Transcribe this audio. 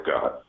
God